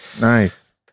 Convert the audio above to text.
Nice